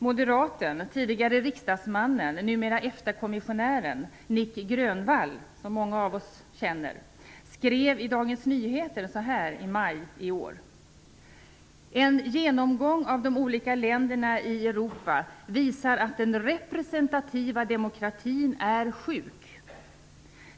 Moderaten, tidigare riksdagsmannen, numera EFTA kommissionären, Nic Grönvall - som många av oss känner - skrev i maj i år i Dagens Nyheter: "En genomgång av de olika länderna i Europa visar att den representativa demokratin är sjuk -.